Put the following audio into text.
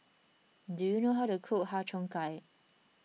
do you know how to cook Har Cheong Gai